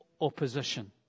opposition